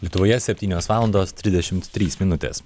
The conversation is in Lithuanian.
lietuvoje septynios valandos trisdešimt trys minutės